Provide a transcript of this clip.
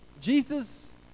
Jesus